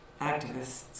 activists